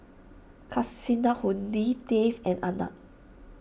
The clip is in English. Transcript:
Kasinadhuni Dev and Anand